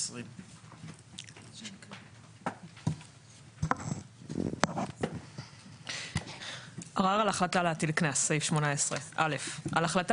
20. ערר על החלטה להטיל קנס18.(א)על החלטה